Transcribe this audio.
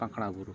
ᱯᱟᱠᱬᱟ ᱵᱩᱨᱩ